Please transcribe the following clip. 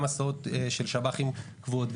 גם הסעות של שב"חים קבועות,